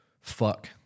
fuck